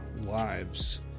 lives